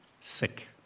sick